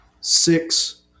six